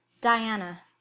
diana